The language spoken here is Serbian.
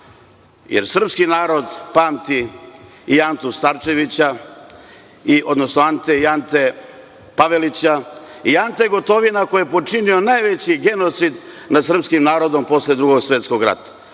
jer srpski narod pamti i Ante Starčevića, odnosno Ante Pavelića i Ante Gotovinu, koji je počinio najveći genocid nad srpskim narodom posle Drugog svetskog rata,